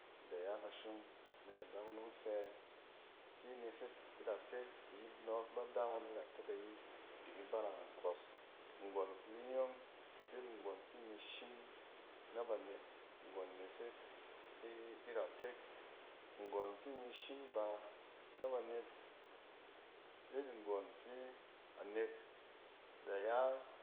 . Da ya kashon, nek adakunom fɛ ki nesek iratek kɛ inↄↄk ba do ngↄn iratek ayi di ki barang, nkↄs nggↄn kuri nyↄng fi mi shim na banet, nggↄn inesek iratek. Nggↄn fi imi shim ban a banet yet nggↄn fi anet da ya